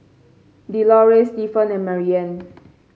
Delores Stefan and Marianne